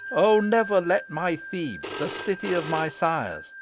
o never let my thebes, the city of my sires,